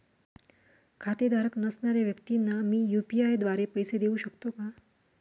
खातेधारक नसणाऱ्या व्यक्तींना मी यू.पी.आय द्वारे पैसे देऊ शकतो का?